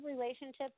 relationships